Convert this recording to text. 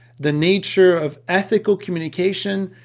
the nature of ethical communication,